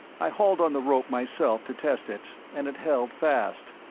i hauled on the rope myself to test it, and it held fast.